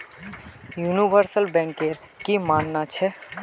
universal banker की मानना छ